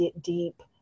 deep